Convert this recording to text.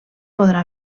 podrà